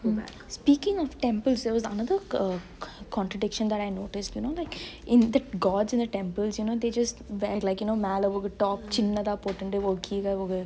speaking of temples there was another contradiction that I noticed you know like in the gods in the temples they just wear like you know மே ஒரு:mele oru top சின்னதா போட்டுன்டு கீழ ஒரு:chinnethaa potundu keezhe oru